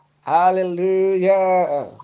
Hallelujah